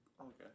Okay